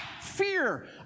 fear